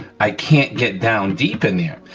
i can't get down deep in there.